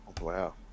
Wow